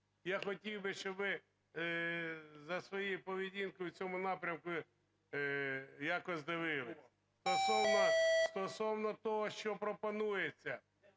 я хотів би, щоби ви за своєю поведінкою в цьому напрямку якось дивилися. Стосовно того, що пропонується.